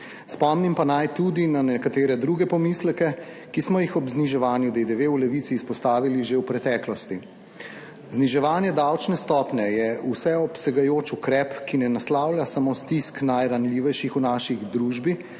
Spomnim pa naj tudi na nekatere druge pomisleke, ki smo jih ob zniževanju DDV v Levici izpostavili že v preteklosti. Zniževanje davčne stopnje je vseobsegajoč ukrep, ki ne naslavlja samo stisk najranljivejših v naši družbi,